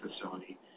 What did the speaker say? facility